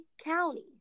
county